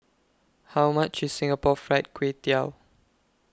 How much IS Singapore Fried Kway Tiao